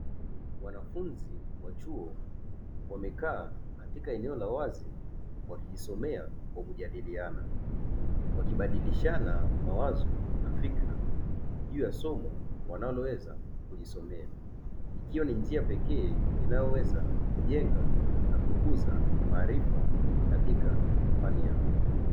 Wanafunzi wa chuo wamekaa katika eneo la wazi wakijisomea kwa kujadiliana, wakibadilishana mawazo na fikra juu ya somo wanaloweza kujisomea. Hiyo ni njia pekee inayoweza kujenga na kukuza maarifa katika fani yao.